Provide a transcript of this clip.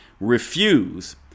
refuse